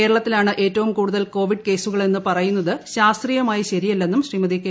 കേരളത്തിലാണ് ഏറ്റവും കൂടുതൽ കോവിഡ് കേസുകളെന്ന് പറയുന്നത് ശാസ്ത്രീയമായി ശരിയല്ലെന്നും ശ്രീമതി കെ